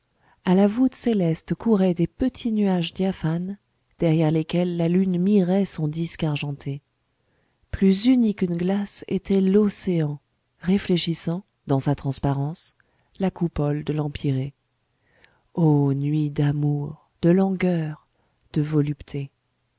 a la voûte céleste couraient des petits nuages diaphanes derrières lesquels la lune mirait son disque argenté plus uni qu'une glace était l'océan réfléchissant dans sa transparence la coupole de l'empirée o nuit d'amour de langueur de volupté